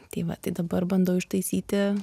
tai va tai dabar bandau ištaisyti